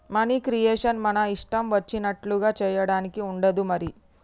money creation మన ఇష్టం వచ్చినట్లుగా చేయడానికి ఉండదు మరి